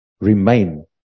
remain